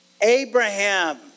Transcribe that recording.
Abraham